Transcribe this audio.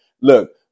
look